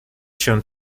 się